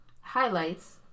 highlights